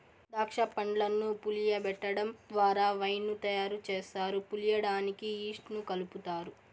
దాక్ష పండ్లను పులియబెటడం ద్వారా వైన్ ను తయారు చేస్తారు, పులియడానికి ఈస్ట్ ను కలుపుతారు